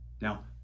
Now